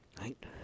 Right